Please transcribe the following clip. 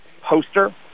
poster